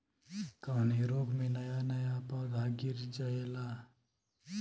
कवने रोग में नया नया पौधा गिर जयेला?